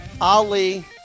Ali